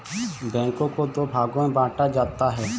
बैंकों को दो भागों मे बांटा जाता है